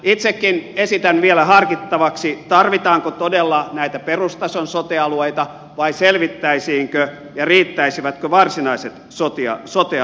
itsekin esitän vielä harkittavaksi tarvitaanko todella näitä perustason sote alueita vai selvittäisiinkö varsinaisilla sote alueilla ja riittäisivätkö ne